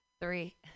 Three